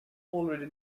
already